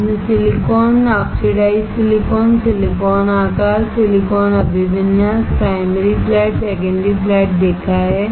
आपने silicon oxidised silicon silicon आकार सिलिकॉन9silicon अभिविन्यासप्राइमरी फ्लैट सेकेंडरी फ्लैट देखा है